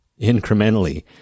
incrementally